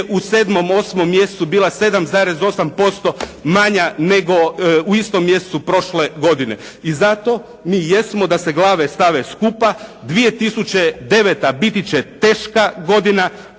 u 7., 8. mjesecu bila 7,8% manja nego u istom mjesecu prošle godine. I zato mi jesmo da se glave stave skupa. 2009. biti će teška godina,